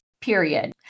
period